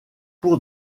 pour